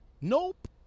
nope